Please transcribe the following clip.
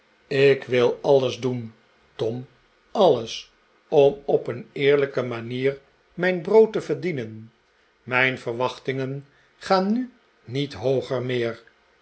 ik wil alles doen tom alles om op een eerlijke manier mijn brood te verdienen mijn verwachtingen gaan nu niet hooger meer